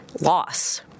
loss